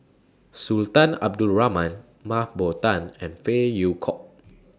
Sultan Abdul Rahman Mah Bow Tan and Phey Yew Kok